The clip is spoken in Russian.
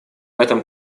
этом